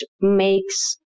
makes